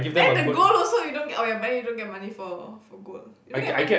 then the gold also you don't get oh ya but you don't get money for for gold you don't get mon~